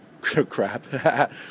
Crap